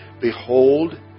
Behold